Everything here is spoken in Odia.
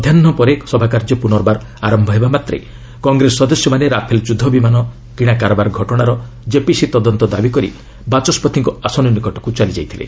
ମଧ୍ୟାହୁ ପରେ ସଭାକାର୍ଯ୍ୟ ପ୍ରନର୍ବାର ଆରମ୍ଭ ହେବାମାତେ କଂଗ୍ରେସ ସଦସ୍ୟମାନେ ରାଫେଲ ଯୁଦ୍ଧ ବିମାନ କିଣା କାରବାର ଘଟଣାର ଜେପିସି ତଦନ୍ତ ଦାବି କରି ବାଚସ୍କତିଙ୍କ ଆସନ ନିକଟକୁ ଚାଲିଯାଇଥିଲେ